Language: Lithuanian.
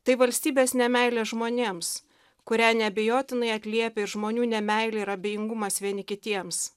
tai valstybės nemeilė žmonėms kurią neabejotinai atliepia ir žmonių nemeilė ir abejingumas vieni kitiems